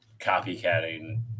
copycatting